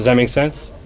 yeah make sense?